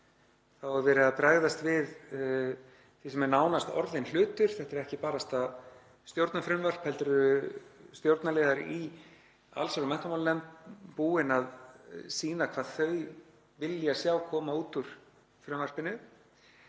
Þá er verið að bregðast við því sem er nánast orðinn hlutur. Þetta er ekki bara þetta stjórnarfrumvarp heldur eru stjórnarliðar í allsherjar- og menntamálanefnd búnir að sýna hvað þau vilja sjá koma út úr frumvarpinu.